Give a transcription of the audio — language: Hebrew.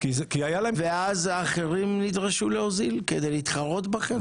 ואז האחרים נדרשו להוזיל כדי להתחרות בכם?